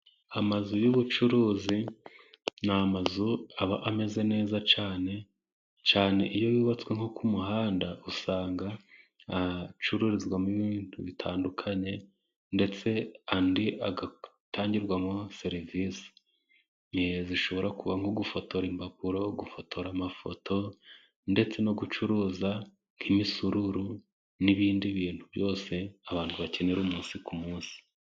Amazu y'ubucuruzi ni amazu aba ameze neza cyane, cyane iyo yubatswe nko ku muhanda usanga acururizwamo ibintu bitandukanye ndetse andi agatangirwamo serivisi e zishobora kuba nko gufotora impapuro, gufotora amafoto, ndetse no gucuruza nk'imisururu n'ibindi bintu byose abantu bakenera umunsi ku munsi.